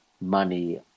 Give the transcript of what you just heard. money